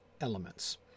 elements